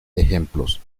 ejemplos